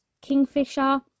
Kingfisher